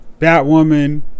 Batwoman